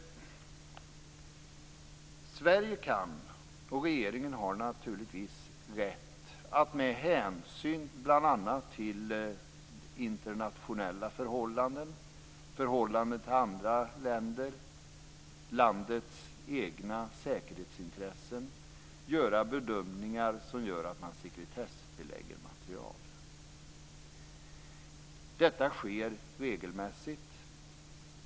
Sverige kan, och regeringen har naturligtvis rätt, att med hänsyn till bl.a. internationella förhållanden, förhållande till andra länder och landets egna säkerhetsintressen göra bedömningar som gör att man sekretessbelägger material. Detta sker regelmässigt.